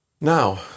Now